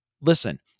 listen